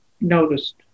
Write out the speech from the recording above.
noticed